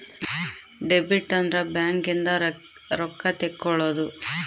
debit ಅಂದ್ರ bank ಇಂದ ರೊಕ್ಕ ತೆಕ್ಕೊಳೊದು